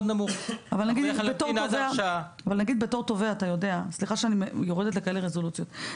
נמוך --- סליחה שאני יורדת לכאלה רזולוציות,